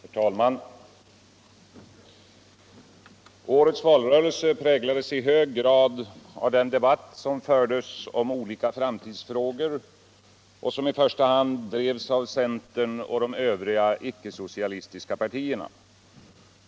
Herr talman! Årets valrörelse präglades i hög grad av den debatt som fördes om olika framtidsfrågor och som i första hand drevs av centern och de övriga icke-soctalistiska partierna.